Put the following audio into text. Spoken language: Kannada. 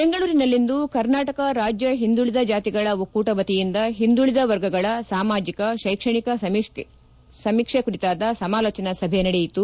ಬೆಂಗಳೂರಿನಲಿಂದು ಕರ್ನಾಟಕ ರಾಜ್ಯ ಹಿಂದುಳಿದ ಜಾತಿಗಳ ಒಕ್ಕೂಟ ವತಿಯಿಂದ ಹಿಂದುಳಿದ ವರ್ಗಗಳ ಸಾಮಾಜಿಕ ಶೈಕ್ಷಣಿಕ ಸಮೀಕ್ಷೆ ಕುರಿತಾದ ಸಮಾಲೋಜನಾ ಸಭೆ ನಡೆಯಿತು